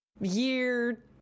year